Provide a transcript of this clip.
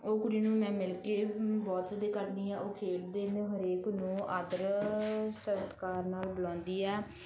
ਉਹ ਕੁੜੀ ਨੂੰ ਮੈਂ ਮਿਲ ਕੇ ਬਹੁਤ ਉਹਦਾ ਕਰਦੀ ਹਾਂ ਉਹ ਖੇਡਦੇ ਨੇ ਹਰੇਕ ਨੂੰ ਆਦਰ ਸਤਿਕਾਰ ਨਾਲ ਬੁਲਾਉਂਦੀ ਹੈ